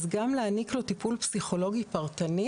אז גם להעניק לו טיפול פסיכולוגי פרטני,